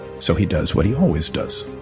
so he does what he always does,